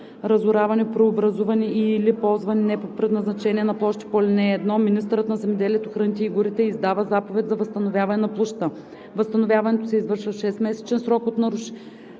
разораване, преобразуване и/или ползване не по предназначение на площ по ал. 1 министърът на земеделието, храните и горите издава заповед за възстановяване на площта. Възстановяването се извършва в 6-месечен срок от нарушителя,